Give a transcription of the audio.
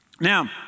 Now